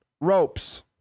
ropes